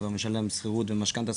כבר משלם שכירות ומשכנתא,